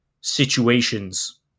situations